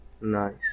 Nice